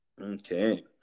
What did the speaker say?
Okay